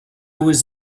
was